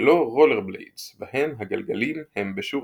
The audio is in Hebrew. ולא רולרבליידס בהם הגלגלים הם בשורה.